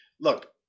look